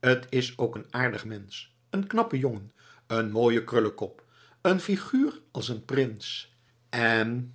t is ook een aardig mensch een knappe jongen n mooie krullekop een figuur als een prins en